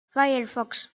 firefox